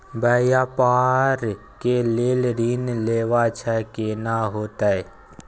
व्यापार के लेल ऋण लेबा छै केना होतै?